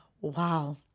wow